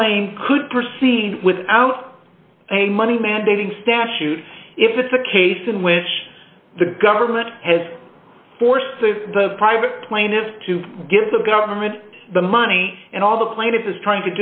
claim could proceed without a money mandating statute if it's a case in which the government has forced the private plane to give the government the money and all the plaintiffs is trying